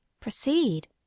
Proceed